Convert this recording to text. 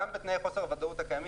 גם בתנאי חוסר הוודאות הקיימים,